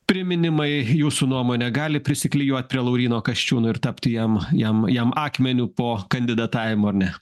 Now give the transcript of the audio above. priminimai jūsų nuomone gali prisiklijuoti prie lauryno kasčiūno ir tapti jam jam jam akmeniu po kandidatavimo ar ne